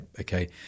Okay